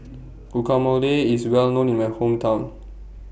Guacamole IS Well known in My Hometown